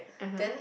(uh huh)